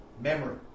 Memory